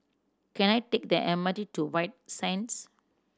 can I take the M R T to White Sands